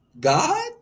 God